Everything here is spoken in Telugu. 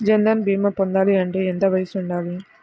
జన్ధన్ భీమా పొందాలి అంటే ఎంత వయసు ఉండాలి?